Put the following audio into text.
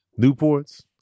Newports